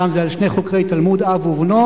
שם זה על שני חוקרי תלמוד, אב ובנו.